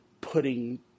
putting